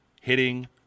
hitting